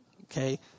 okay